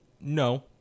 No